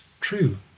true